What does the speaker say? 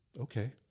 Okay